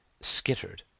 skittered